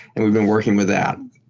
and we've been working with that.